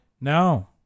No